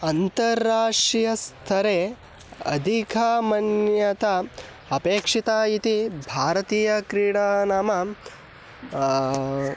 अन्तर्राष्ट्रीयस्थरे अधिका मान्यता अपेक्षिता इति भारतीयक्रीडा नाम